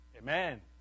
Amen